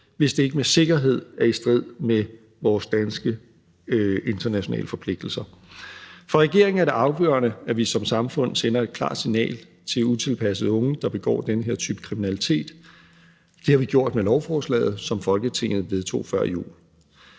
hvis det ikke med sikkerhed er i strid med vores internationale forpligtelser. For regeringen er det afgørende, at vi som samfund sender et klart signal til utilpassede unge, der begår den her type kriminalitet. Det har vi gjort med lovforslaget, som Folketinget vedtog før jul.